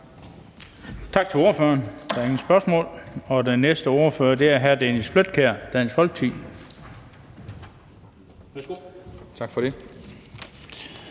Tak til ordføreren. Der er ingen spørgsmål. Den næste ordfører er hr. Dennis Flydtkjær, Dansk Folkeparti. Værsgo. Kl.